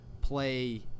play